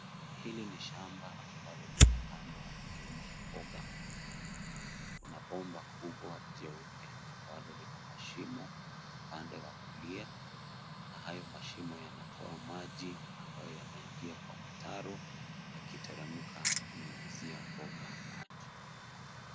Hili ni shamba ambalo limepandwa aina ya mboga na kuna bomba kubwa jeupe ambalo lina mashimo upande wa kulia na hayo mashimo yanatoa maji ambayo yanaingia kwa mtaro yakiteremka kunyunyizia mboga maji.